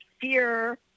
fear